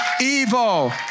evil